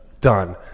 done